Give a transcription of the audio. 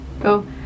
Go